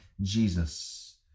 Jesus